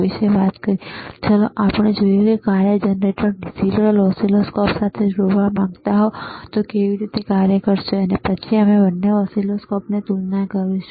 અત્યારે ચાલો જોઈએ જો તમે આ કાર્ય જનરેટરને ડિજિટલ ઓસિલોસ્કોપ સાથે જોડવા માંગતા હોવ તો તે કેવી રીતે કાર્ય કરશે અને પછી અમે બંને ઓસિલોસ્કોપની તુલના કરીશું